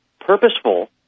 purposeful